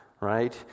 right